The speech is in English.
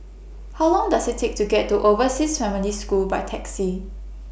How Long Does IT Take to get to Overseas Family School By Taxi